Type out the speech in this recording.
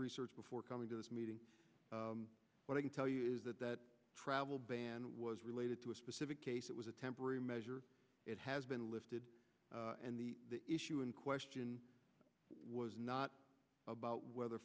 research before coming to this meeting but i can tell you that that travel ban was related to a specific case it was a temporary measure it has been lifted and the issue in question was not about whether